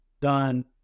done